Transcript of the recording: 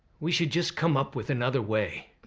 we should just come up with another way.